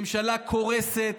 ממשלה קורסת.